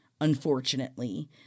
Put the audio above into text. unfortunately